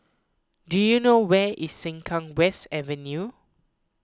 do you know where is Sengkang West Avenue